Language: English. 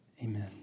Amen